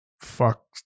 fuck